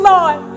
Lord